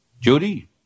Judy